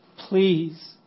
Please